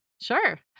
Sure